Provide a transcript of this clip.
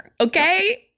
okay